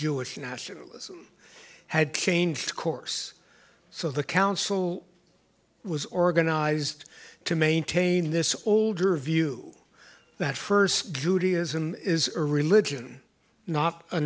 jewish nationalism had to change course so the council was organized to maintain this older view that first judaism is a religion not a